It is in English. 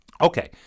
Okay